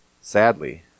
Sadly